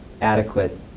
adequate